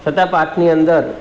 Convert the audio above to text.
છતાં પાઠની અંદર